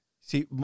See